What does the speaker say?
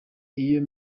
iyo